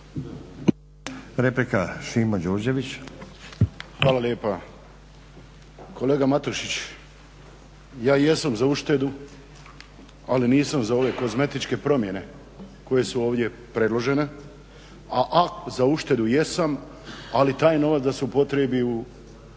Šimo (HDZ)** Hvala lijepa. Kolega Matušić, ja jesam za uštedu ali nisam za ove kozmetičke promjene koje su ovdje predložene. Za uštedu jesam, ali taj novac da se upotrijebi u pametnije